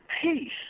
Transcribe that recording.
peace